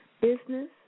business